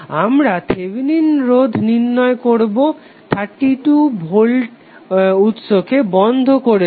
আমরা থেভেনিন রোধ নির্ণয় করবো 32 ভোল্ট উৎসকে বন্ধ করে দিয়ে